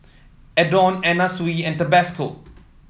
Adore Anna Sui and Tabasco